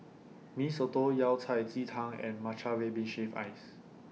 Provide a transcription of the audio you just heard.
Mee Soto Yao Cai Ji Tang and Matcha Red Bean Shaved Ice